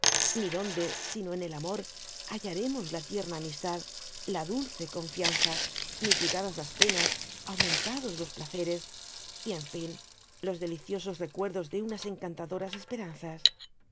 ni donde sino en el amor hallaremos la tierna amistad la dulce confianza mitigadas las penas aumentados los placeres j y en fin los deliciosos recuerdos de unas encantadoras esperanzas